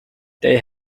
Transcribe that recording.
they